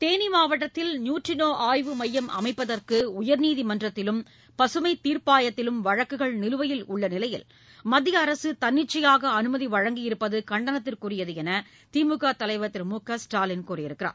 தேனி மாவட்டத்தில் நியூட்ரினோ ஆய்வு மையம் அமைப்பதற்கு உயர்நீதிமன்றத்திலும் பசுமை தீர்ப்பாயத்திலும் வழக்குகள் நிலுவையில் உள்ள நிலையில் மத்திய அரசு தன்னிச்சையாக அனுமதி வழங்கியிருப்பது கண்டனத்திற்குரியது என்று திமுக தலைவர் திரு மு க ஸ்டாலின் கூறியிருக்கிறார்